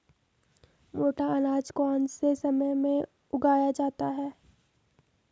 मोटा अनाज कौन से समय में उगाया जाता है?